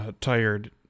Tired